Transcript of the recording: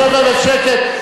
שב נא בשקט.